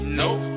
nope